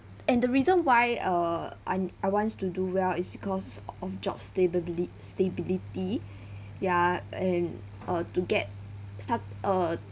and the reason why uh I I wants to do well is because of job stabily~ stability ya and uh to get start uh